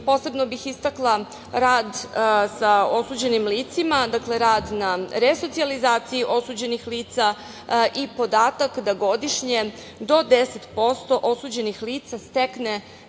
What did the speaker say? Posebno bih istakla rad sa osuđenim licima, dakle rad na resocijalizaciji osuđenih lica i podatak da godišnje do 10% osuđenih lica stekne